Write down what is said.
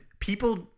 People